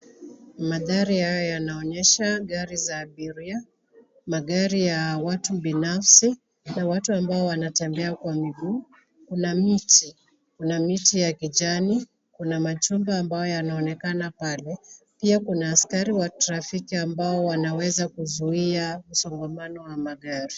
Mandhari haya yanaonyesha gari za abiria, magari ya watu binafsi na watu ambao wanatembea kwa miguu, kuna miti kuna miti ya kijani, kuna majumba ambayo yanaonekana pale, pia kuna askari wa trafiki ambao wanaweza kuzuia msongamano wa magari.